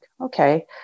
okay